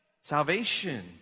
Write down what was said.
salvation